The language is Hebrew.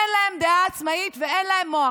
אין להם דעה עצמאית ואין להם מוח.